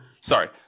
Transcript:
Sorry